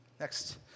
Next